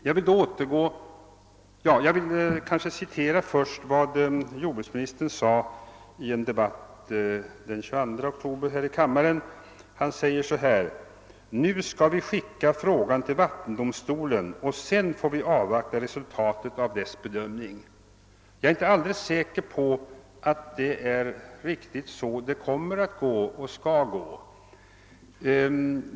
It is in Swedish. Först skall jag be att få citera vad jordbruksministern sade i en debatt den 22 oktober här i kammaren: »Nu skall vi skicka frågan till vattendomstolen, och sedan får vi avvakta resultatet av dess bedömning.« Jag är inte alldeles säker på att det är riktigt så det kommer att gå och skall gå.